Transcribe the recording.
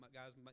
guys